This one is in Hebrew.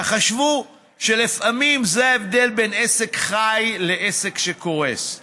תחשבו שלפעמים זה ההבדל בין עסק חי לעסק שקורס.